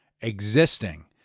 existing